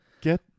Get